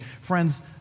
Friends